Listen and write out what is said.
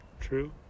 true